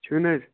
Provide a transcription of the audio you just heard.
چھُو نہَ حظ